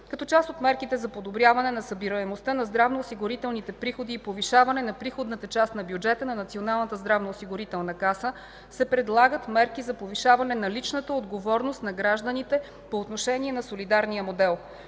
Като част от мерките за подобряване на събираемостта на здравноосигурителните приходи и повишаване на приходната част на бюджета на Националната здравноосигурителна каса, се предлагат мерки за повишаване на личната отговорност на гражданите по отношение на солидарния модел.